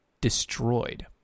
destroyed